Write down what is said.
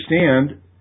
understand